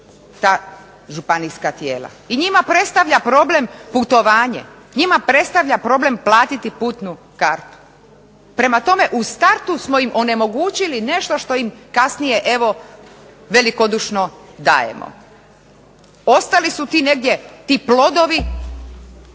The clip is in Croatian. ta županijska tijela. I njima predstavlja problem putovanje, njima predstavlja problem platiti putnu kartu. Prema tome, u startu smo im onemogućili nešto što ima kasnije evo velikodušno dajemo. Ostali su ti negdje, ti plodovi,